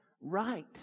right